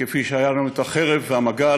כפי שהיו לנו החרב והמגל,